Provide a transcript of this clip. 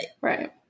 Right